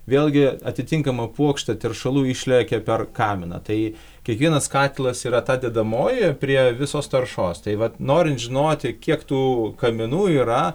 vėlgi atitinkama puokštė teršalų išlekia per kaminą tai kiekvienas katilas yra ta dedamoji prie visos taršos tai vat norint žinoti kiek tų kaminų yra